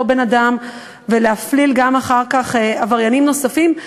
בן-אדם ולהפליל אחר כך עבריינים נוספים.